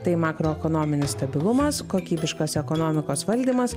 tai makroekonominis stabilumas kokybiškas ekonomikos valdymas